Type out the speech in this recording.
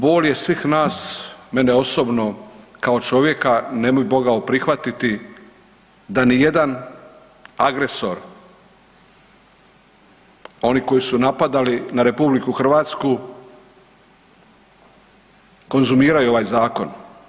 Bol je svih nas, mene osobno kao čovjeka ne bi mogao prihvatiti da ni jedan agresor oni koji su napadali na RH konzumiraju ovaj zakon.